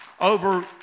over